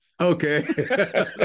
Okay